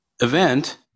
event